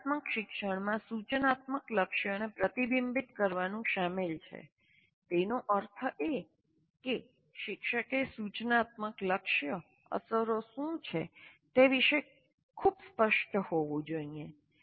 જ્ઞાનાત્મક શિક્ષણમાં સૂચનાત્મક લક્ષ્યોને પ્રતિબિંબિત કરવાનું શામેલ છે તેનો અર્થ એ કે શિક્ષકે સૂચનાત્મક લક્ષ્યો અસરો શું છે તે વિશે ખૂબ સ્પષ્ટ હોવું જોઈએ